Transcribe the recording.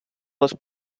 les